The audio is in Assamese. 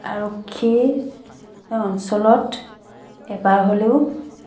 আৰক্ষী অঞ্চলত এবাৰ হ'লেও